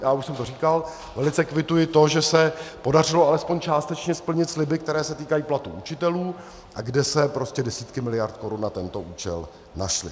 A v kontextu, už jsem to říkal, velice kvituji to, že se podařilo alespoň částečně splnit sliby, které se týkají platů učitelů a kde se prostě desítky miliard korun na tento účel našly.